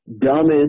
dumbest